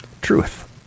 Truth